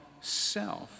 self